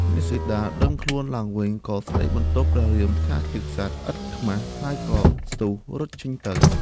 នាងសីតាដឹងខ្លួនឡើងវិញក៏ស្តីបន្ទោសព្រះរាមថាជាក្សត្រឥតខ្មាស ហើយស្ទុះរត់ចេញទៅ។